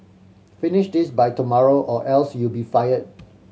finish this by tomorrow or else you'll be fired